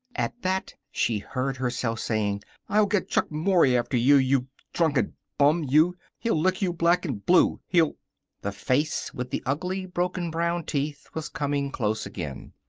at that she heard herself saying i'll get chuck mory after you you drunken bum, you! he'll lick you black and blue. he'll the face, with the ugly, broken brown teeth, was coming close again.